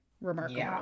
remarkable